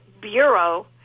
bureau